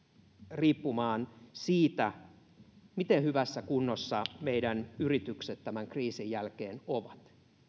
riippumaan siitä miten hyvässä kunnossa meidän yrityksemme tämän kriisin jälkeen ovat